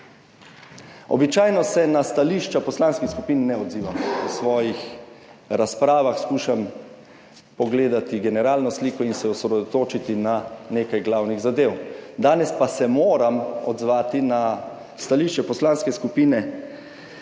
Običajno se na stališča poslanskih skupin ne odzivam. V svojih razpravah skušam pogledati generalno sliko in se osredotočiti na nekaj glavnih zadev. Danes pa se moram odzvati na stališče Poslanske skupine